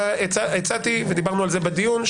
הצעתי ודיברנו על זה בדיון,